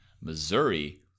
Missouri